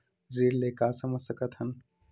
ऋण ले का समझ सकत हन?